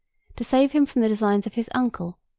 to save him from the designs of his uncle,